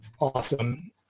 awesome